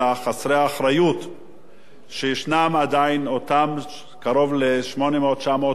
שישנם עדיין 800 900 בתים לא מחוברים לחשמל.